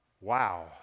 Wow